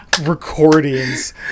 recordings